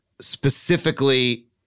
specifically